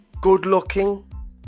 good-looking